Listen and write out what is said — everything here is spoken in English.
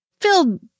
filled